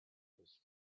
was